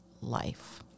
life